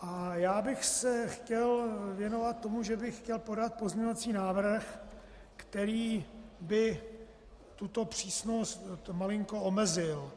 A já bych se chtěl věnovat tomu, že bych chtěl podat pozměňovací návrh, který by tuto přísnost malinko omezil.